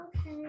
Okay